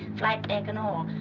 flight deck and all.